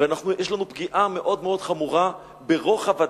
ויש לנו פגיעה מאוד מאוד חמורה ברוחב הדעת,